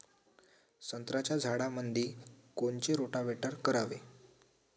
संत्र्याच्या झाडामंदी कोनचे रोटावेटर करावे?